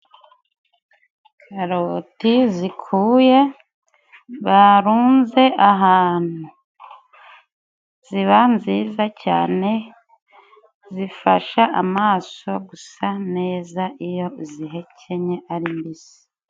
Karoti zikuye barunze ahantu, ziba nziza cane. Zifasha amaso gusa neza, iyo uzihekenye ari mbisi.